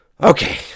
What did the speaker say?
Okay